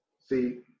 See